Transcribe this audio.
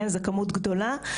זאת כמות גדולה.